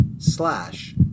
Slash